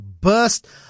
burst